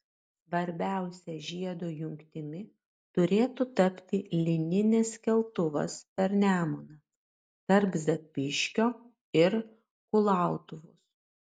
svarbiausia žiedo jungtimi turėtų tapti lyninis keltuvas per nemuną tarp zapyškio ir kulautuvos